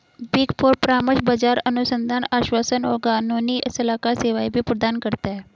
big four परामर्श, बाजार अनुसंधान, आश्वासन और कानूनी सलाहकार सेवाएं भी प्रदान करता है